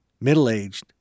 middle-aged